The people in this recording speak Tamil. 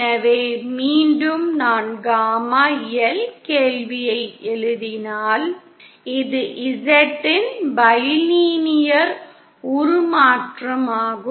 எனவே மீண்டும் நான் காமா L கேள்வியை எழுதினால் இது Z இன் பைலினியர் உருமாற்றம் ஆகும்